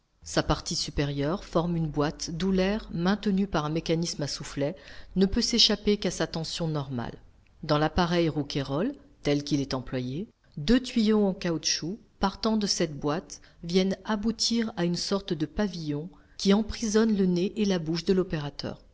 sa partie supérieure forme une boîte d'où l'air maintenu par un mécanisme à soufflet ne peut s'échapper qu'à sa tension normale dans l'appareil rouquayrol tel qu'il est employé deux tuyaux en caoutchouc partant de cette boîte viennent aboutir à une sorte de pavillon qui emprisonne le nez et la bouche de l'opérateur